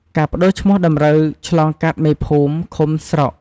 ការប្តូវឈ្មោះតម្រូវឆ្លងកាត់ មេភូមិ ឃុំ ស្រុក។